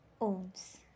owns